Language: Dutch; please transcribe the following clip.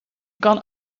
kan